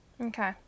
Okay